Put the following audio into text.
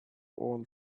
all